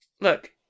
Look